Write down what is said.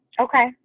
Okay